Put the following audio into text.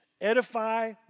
edify